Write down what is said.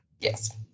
Yes